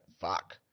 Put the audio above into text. fuck